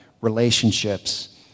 relationships